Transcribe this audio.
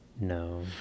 No